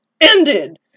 ended